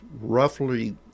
roughly